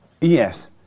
Yes